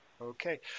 Okay